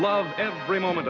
love every moment